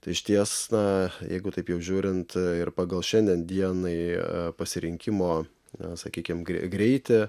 tai išties na jeigu taip jau žiūrint ir pagal šiandien dienai pasirinkimo na sakykim greitį